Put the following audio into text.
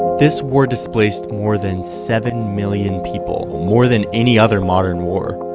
this war displaced more than seven million people, more than any other modern war.